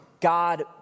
God